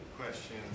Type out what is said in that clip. question